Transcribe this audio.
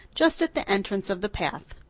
just at the entrance of the path.